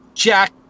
Jack